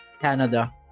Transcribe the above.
Canada